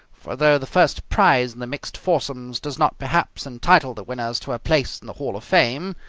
for, though the first prize in the mixed foursomes does not perhaps entitle the winners to a place in the hall of fame,